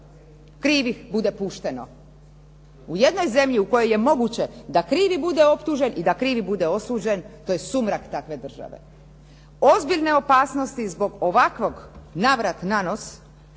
krivih bude pušteno. U jednoj zemlji u kojoj je moguće da krivi bude optužen i da krivi bude osuđen to je sumrak takve države. Ozbiljne opasnosti zbog ovakvog navrat nanos